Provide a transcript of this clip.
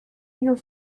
here